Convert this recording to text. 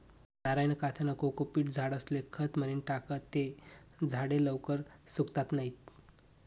नारयना काथ्यानं कोकोपीट झाडेस्ले खत म्हनीन टाकं ते झाडे लवकर सुकातत नैत